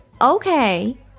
okay